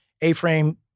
A-frame